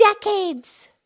decades